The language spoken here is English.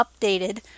updated